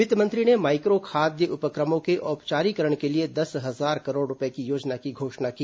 वित्त मंत्री ने माइक्रो खाद्य उपक्रमों के औपचारीकरण के लिए दस हजार करोड़ रूपये की योजना की घोषणा की